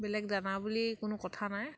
বেলেগ দানা বুলি কোনো কথা নাই